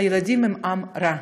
הילדים הם עם רע,